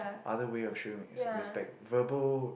other way of showing respect verbal